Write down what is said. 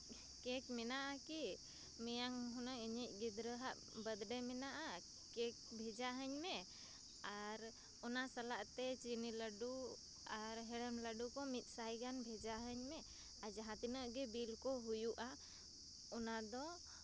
cake ᱢᱮᱱᱟᱜᱼᱟ ᱠᱤ ᱢᱮᱭᱟᱝ ᱦᱩᱱᱟᱹᱝ ᱤᱧᱤᱡᱽ ᱜᱤᱫᱽᱨᱟᱹ ᱦᱟᱸᱜ ᱵᱟᱨᱛᱷ ᱰᱮ ᱢᱮᱱᱟᱜᱼᱟ ᱠᱮᱹᱠ ᱵᱷᱮᱡᱟ ᱦᱟᱹᱧ ᱢᱮ ᱟᱨ ᱚᱱᱟ ᱥᱟᱞᱟᱜ ᱛᱮ ᱪᱤᱱᱤ ᱞᱟᱹᱰᱩ ᱟᱨ ᱦᱮᱲᱮᱢ ᱞᱟᱹᱰᱩ ᱠᱚ ᱢᱤᱫ ᱥᱟᱭ ᱜᱟᱱ ᱵᱷᱮᱡᱟ ᱦᱟᱹᱧ ᱢᱮ ᱟᱨ ᱡᱟᱦᱟᱸ ᱛᱤᱱᱟᱹᱜ ᱜᱮ ᱵᱤᱞ ᱠᱚ ᱦᱩᱭᱩᱜᱼᱟ ᱚᱱᱟ ᱫᱚ